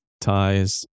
ties